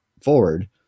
forward